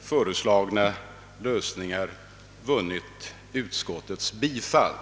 föreslagna lösningarna har vunnit utskottets bifall.